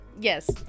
Yes